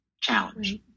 challenge